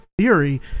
theory